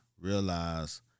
realize